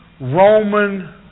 Roman